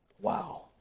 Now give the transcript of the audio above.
Wow